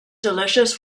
delicious